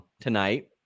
tonight